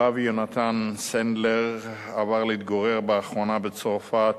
הרב יונתן סנדלר עבר להתגורר לאחרונה בצרפת,